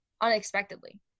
unexpectedly